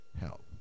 help